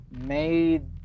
made